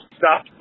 stop